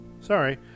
Sorry